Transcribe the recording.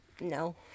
No